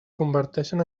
converteixen